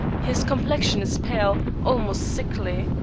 his complexion is pale, almost sickly.